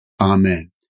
Amen